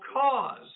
cause